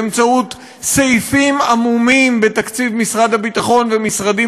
באמצעות סעיפים עמומים בתקציב משרד הביטחון ומשרדים